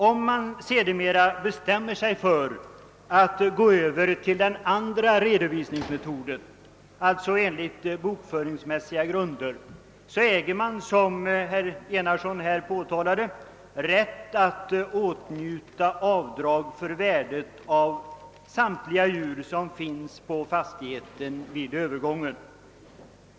Om man sedermera bestämmer sig för att gå över till den andra redovisningsmetoden — d.v.s. redovisning enligt bokföringsmässiga grunder — äger man som herr Enarsson här omtalade rätt att åtnjuta avdrag för värdet av samtliga djur som tillhör fastigheten vid övergången.